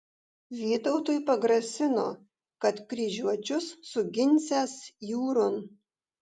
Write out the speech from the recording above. vytautui pagrasino kad kryžiuočius suginsiąs jūron